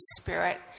Spirit